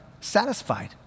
satisfied